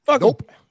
Nope